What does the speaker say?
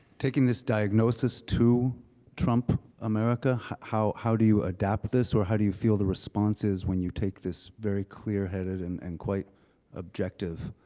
taking this diagnosis to trump america, how how do you adapt this, or how do you feel the response is when you take this very clear-headed, and and quite objective